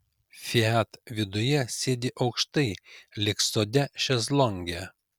fiat viduje sėdi aukštai lyg sode šezlonge